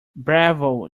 bravo